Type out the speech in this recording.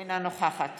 אינה נוכחת